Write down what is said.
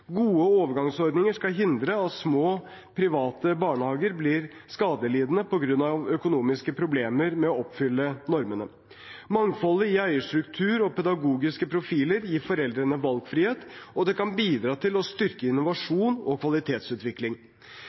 Gode overgangsordninger skal hindre at små, private barnehager blir skadelidende på grunn av økonomiske problemer med å oppfylle normene. Mangfoldet i eierstruktur og pedagogiske profiler gir foreldrene valgfrihet, og det kan bidra til å styrke innovasjon og kvalitetsutvikling.